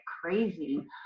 crazy